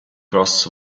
cross